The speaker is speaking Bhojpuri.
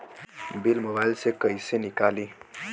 बिल मोबाइल से कईसे निकाली?